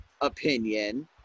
opinion